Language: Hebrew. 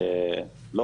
לא